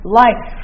life